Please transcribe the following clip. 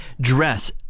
dress